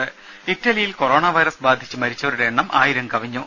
രദേശ ഇറ്റലിയിൽ corona virus ബാധിച്ച് മരിച്ചവരുടെ എണ്ണം ആയിരം കവിഞ്ഞു